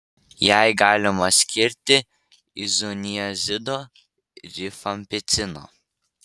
jai galima skirti izoniazido rifampicino